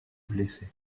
blessé